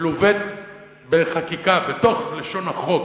מלווה בחקיקה בתוך לשון החוק: